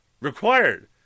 Required